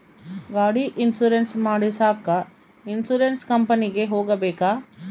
ಗಾಡಿ ಇನ್ಸುರೆನ್ಸ್ ಮಾಡಸಾಕ ಇನ್ಸುರೆನ್ಸ್ ಕಂಪನಿಗೆ ಹೋಗಬೇಕಾ?